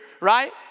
right